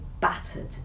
battered